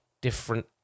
different